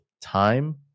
time